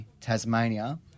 Tasmania